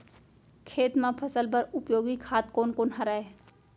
खेत म फसल बर उपयोगी खाद कोन कोन हरय?